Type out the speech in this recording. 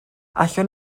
allwn